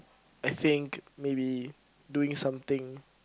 I think maybe doing something